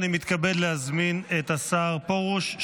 אני מתכבד להזמין את השר פרוש,